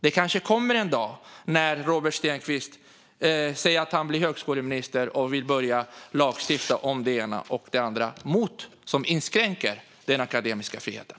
Det kanske kommer en dag när Robert Stenkvist blir högskoleminister och vill börja lagstifta om både det ena och det andra som inskränker den akademiska friheten.